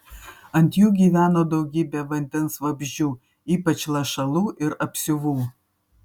ant jų gyveno daugybė vandens vabzdžių ypač lašalų ir apsiuvų